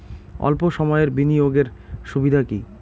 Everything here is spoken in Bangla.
অল্প সময়ের বিনিয়োগ এর সুবিধা কি?